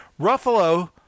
Ruffalo